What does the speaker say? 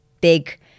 big